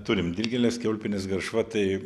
turim dilgėles kiaulpienes garšva tai